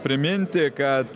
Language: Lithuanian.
priminti kad